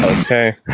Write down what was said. Okay